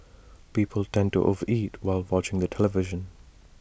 people tend to over eat while watching the television